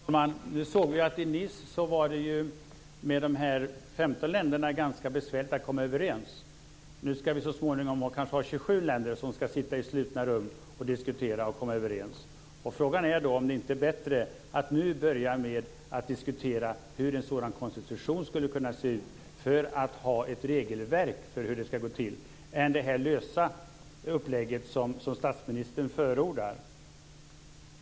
Fru talman! Nu såg vi ju att det i Nice var ganska besvärligt för de här 15 länderna att komma överens. Nu ska det så småningom kanske bli 27 länder som ska sitta i slutna rum och diskutera och komma överens. Frågan är då om det inte är bättre att nu börja diskutera hur en sådan konstitution skulle kunna se ut, så att man har ett regelverk för hur det ska gå till, än att ha det här lösa upplägget, som statsministern förordar.